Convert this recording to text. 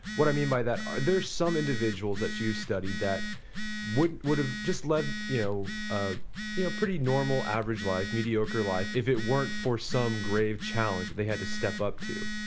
what i mean by that, are there some individuals that you study that would would have just led you know ah you know pretty normal average life, mediocre life if it weren't for some grave challenge they had to step up to